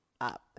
up